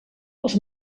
els